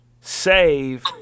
save